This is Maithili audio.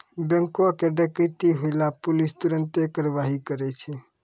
बैंको के डकैती होला पे पुलिस तुरन्ते कारवाही करै छै